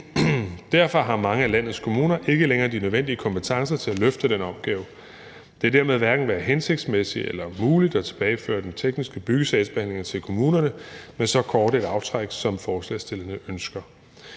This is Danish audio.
Derfor har mange af landets kommuner ikke længere de nødvendige kompetencer til at løfte den opgave. Det vil derfor hverken være hensigtsmæssigt eller muligt at tilbageføre den tekniske byggesagsbehandling til kommunerne med så kort et aftræk, som forslagsstillerne ønsker.